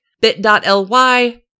bit.ly